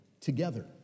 together